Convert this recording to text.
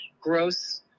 gross